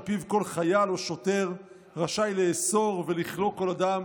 פיו כל חייל או כל שוטר רשאי לאסור ולכלוא כל אדם